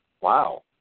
Wow